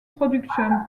production